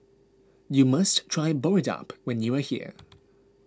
you must try Boribap when you are here